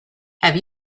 have